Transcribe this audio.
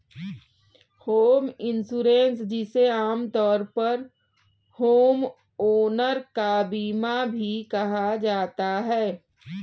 home insurance जिसे आमतौर पर होमओनर का बीमा भी कहा जाता है